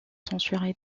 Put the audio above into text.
censuré